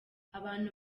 abantu